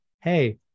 hey